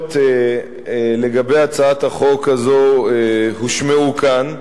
הדעות לגבי הצעת החוק הזאת הושמעו כאן.